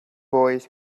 boys